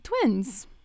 twins